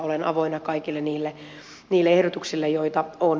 olen avoinna kaikille niille ehdotuksille joita on